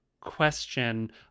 question